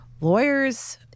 lawyers